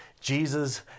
Jesus